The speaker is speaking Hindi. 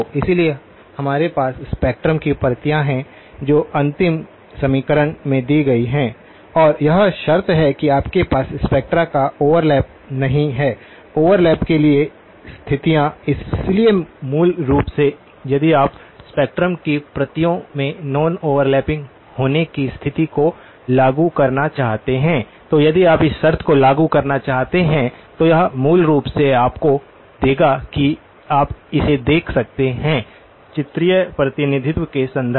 इसलिए हमारे पास स्पेक्ट्रम की प्रतियां हैं जो अंतिम समीकरण में दी गई हैं और यह शर्त कि आपके पास स्पेक्ट्रा का ओवरलैप नहीं है ओवरलैप के लिए स्थितियां इसलिए मूल रूप से यदि आप स्पेक्ट्रम की प्रतियों के नॉन ओवरलैपिंग होने की स्थिति को लागू करना चाहते हैं तो यदि आप इस शर्त को लागू करना चाहते हैं तो यह मूल रूप से आपको देगा कि आप इसे देख सकते हैं चित्रीय प्रतिनिधित्व के संदर्भ में